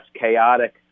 chaotic